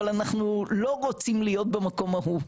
אבל אנחנו לא רוצים להיות במקום ההוא,